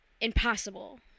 impossible